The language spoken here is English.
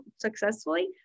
successfully